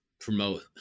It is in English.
promote